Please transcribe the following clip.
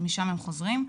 משם הם חוזרים,